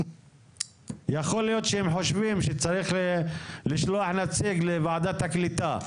יכול להיות שהם חושבים שצריך לשלוח נציג לוועדת הקליטה.